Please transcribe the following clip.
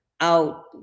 out